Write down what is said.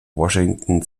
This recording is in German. washington